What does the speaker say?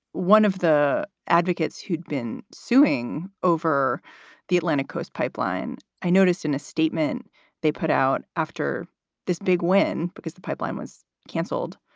one of the advocates who'd been suing over the atlantic coast pipeline, i noticed in a statement they put out after this big win because the pipeline was canceled,